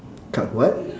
cut what